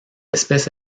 espèce